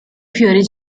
fiori